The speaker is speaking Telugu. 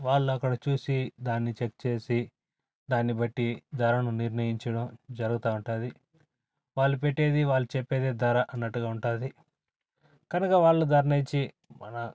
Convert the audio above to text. వాళ్ళక్కడ చూసి దాన్ని చెక్ చేసి దాన్ని బట్టి ధరను నిర్ణయించడం జరుగుతూ ఉంటుంది వాళ్ళు పెట్టేదే వాళ్ళు చెప్పేదే ధర అన్నట్టుగా ఉంటుంది కనుక వాళ్ళు ధరను ఇచ్చి మన